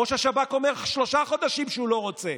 ראש השב"כ אומר שלושה חודשים שהוא לא רוצה,